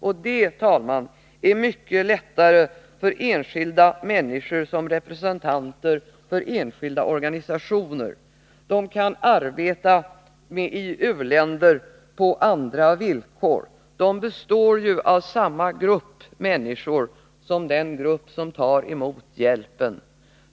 Det, herr talman, är mycket lättare för enskilda människor som representanter för enskilda organisationer. De kan arbeta i u-länder på andra villkor; de tillhör ju samma grupp människor som de som tar emot hjälpen.